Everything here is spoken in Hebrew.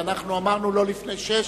ואמרנו שזה יהיה לא לפני 18:00,